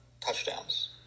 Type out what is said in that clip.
touchdowns